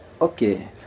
okay